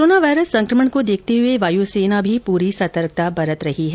corona virus संकमण को देखते हुए वायू सेना भी पूरी सतर्कता बरत रही है